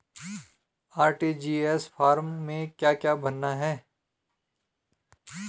RTGS form में क्या क्या भरना है?